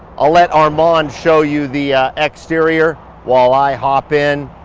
i'll let armand show you the exterior while i hop in,